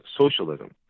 socialism